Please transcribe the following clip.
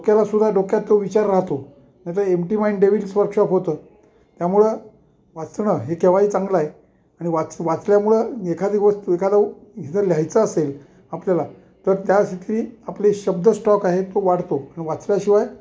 डोक्यालासद्धा डोक्यात तो विचार राहतो नाहीतर एमटी मायड डेविल्स वर्कशॉप होतं त्यामुळं वाचणं हे केव्हाही चांगलंय आणि वाच वाचल्यामुळं एखादी वस्तू एखादा जर लिहायचं असेल आपल्याला तर त्यासाठी आपले शब्द स्टॉक आहे तो वाढतो आणि वाचल्याशिवाय